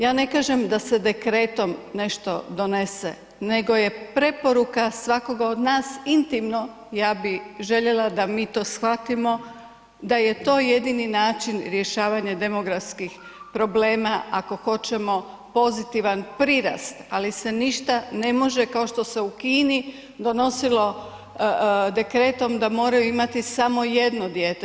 Ja ne kažem da se dekretom nešto donese, nego je preporuka svakoga od nas intimno ja bi željela da mi to shvatimo da je to jedini način rješavanja demografskih problema ako hoćemo pozitivan prirast, ali se ništa ne može kao što se u Kini donosilo dekretom da moraju imati samo 1 dijete.